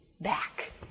back